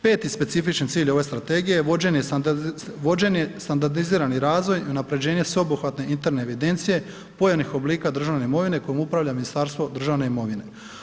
5. specifičan cilj ove strategije je vođen standardizirani razvoj i unapređenje sveobuhvatne interne evidencije, ... oblika državne imovine kojom upravlja Ministarstvo državne imovine.